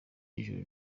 n’ijoro